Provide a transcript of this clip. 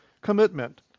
Commitment